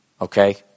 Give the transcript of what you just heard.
Okay